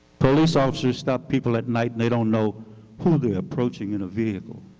police officers stop people at night and they don't know who they are approaching in a vehicle.